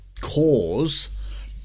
cause